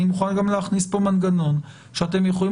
אני מוכן גם להכניס כאן מנגנון שאתם יכולים